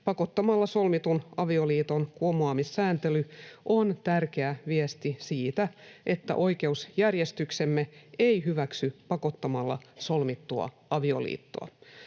Pakottamalla solmitun avioliiton kumoamissääntely on tärkeä viesti siitä, että oikeusjärjestyksemme ei hyväksy pakottamalla solmittua avioliittoa.